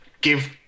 give